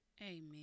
Amen